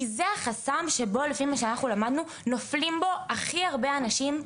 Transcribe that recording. כי זה החסם שבו לפי מה שאנחנו למדנו נופלים בו הכי הרבה אנשים.